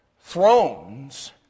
thrones